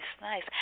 nice